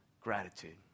gratitude